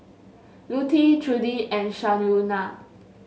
Lutie Trudi and Shaunna